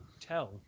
tell